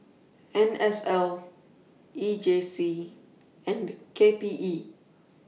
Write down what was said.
N S L E J C and K P E